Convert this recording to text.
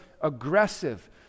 aggressive